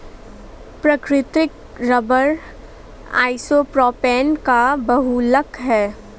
प्राकृतिक rubber isopropene का बहुलक है